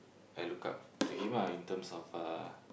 I look up to him ah in terms of uh